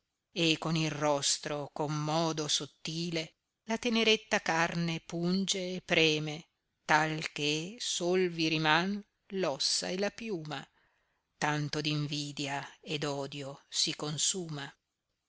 e con il rostro con modo sottile la teneretta carne punge e preme tal che sol vi riman l'ossa e la piuma tanto d invidia ed odio si consuma